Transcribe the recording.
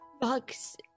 bugs